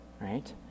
right